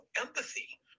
empathy